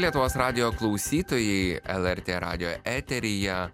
lietuvos radijo klausytojai lrt radijo eteryje